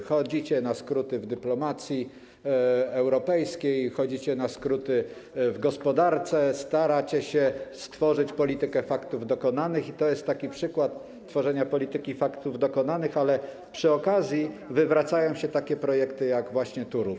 Chodzicie na skróty w dyplomacji europejskiej, chodzicie na skróty w gospodarce, staracie się stworzyć politykę faktów dokonanych i to jest taki przykład tworzenia polityki faktów dokonanych, ale przy okazji wywracają się takie projekty jak właśnie Turów.